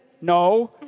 No